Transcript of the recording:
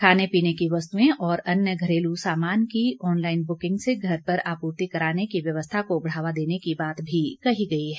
खाने पीने की वस्तुएं और अन्य घरेलू सामान की ऑनलाइन बुकिंग से घर पर आपूर्ति कराने की व्यवस्था को बढ़ावा देने की बात भी कही गई है